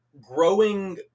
growing